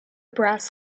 brass